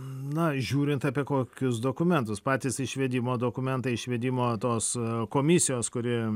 na žiūrint apie kokius dokumentus patys išvedimo dokumentai išvedimo tos komisijos kuri